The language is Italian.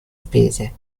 spese